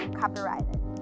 copyrighted